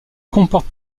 comporte